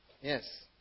Yes